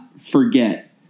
forget